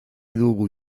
dugu